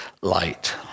light